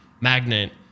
Magnet